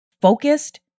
focused